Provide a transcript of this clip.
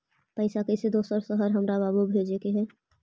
पैसा कैसै दोसर शहर हमरा बाबू भेजे के है?